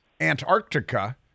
Antarctica